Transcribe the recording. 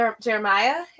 Jeremiah